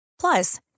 Plus